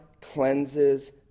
cleanses